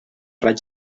raig